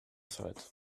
sight